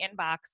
inbox